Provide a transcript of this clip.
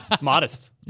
Modest